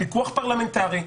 פיקוח פרלמנטרי,